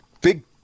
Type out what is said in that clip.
big